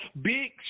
Big